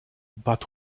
but